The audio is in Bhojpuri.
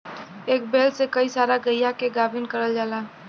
एक बैल से कई सारा गइया के गाभिन करल जाला